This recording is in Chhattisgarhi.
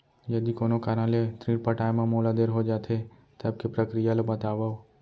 यदि कोनो कारन ले ऋण पटाय मा मोला देर हो जाथे, तब के प्रक्रिया ला बतावव